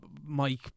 Mike